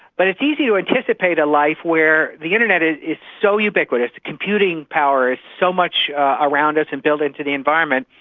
but it is easy to anticipate a life where the internet is so ubiquitous, computing power is so much around us and built into the environment,